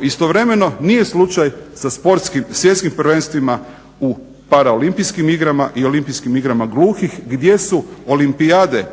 istovremeno nije slučaj sa sportskim, svjetskim prvenstvima u paraolimpijskim igrama i olimpijskim igrama gluhih gdje su olimpijade